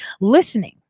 listening